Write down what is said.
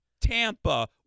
Tampa